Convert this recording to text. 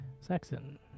Saxon